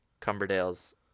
Cumberdale's